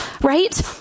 right